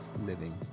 living